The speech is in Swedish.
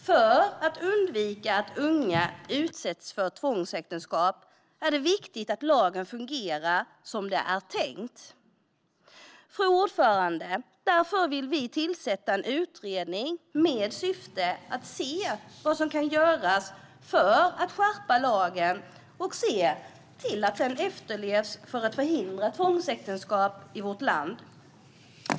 För att undvika att unga utsätts för tvångsäktenskap är det viktigt att lagen fungerar som det är tänkt. Fru talman! Därför vill vi tillsätta en utredning med syfte att se vad som kan göras för att skärpa lagen och se till att den efterlevs - detta för att förhindra tvångsäktenskap i vårt land.